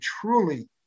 truly